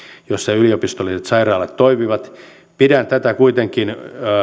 joissa yliopistolliset sairaalat toimivat pidän tätä kuitenkin